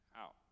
out